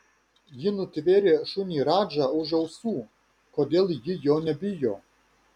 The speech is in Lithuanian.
ji nutvėrė šunį radžą už ausų kodėl ji jo nebijo